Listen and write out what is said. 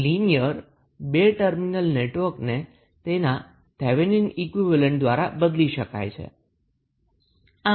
તો linear 2 terminal નેટવર્કને તેના થેવેનિન ઈક્વીવેલેન્ટ દ્વારા બદલી શકાય છે